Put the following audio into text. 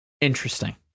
interesting